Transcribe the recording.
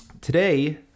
today